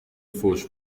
فحش